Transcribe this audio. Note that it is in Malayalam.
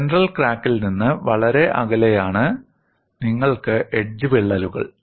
സെൻട്രൽ ക്രാക്കിൽ നിന്ന് വളരെ അകലെയാണ് നിങ്ങൾക്ക് എഡ്ജ് വിള്ളലുകൾ